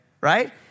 right